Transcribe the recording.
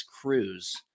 Cruise –